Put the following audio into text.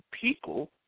people